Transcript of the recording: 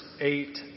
eight